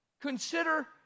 consider